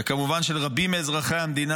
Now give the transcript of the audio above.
וכמובן של רבים מאזרחי המדינה.